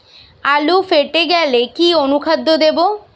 আলু ফেটে গেলে কি অনুখাদ্য দেবো?